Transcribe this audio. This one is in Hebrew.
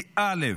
היא, א.